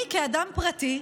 אני כאדם פרטי,